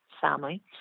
family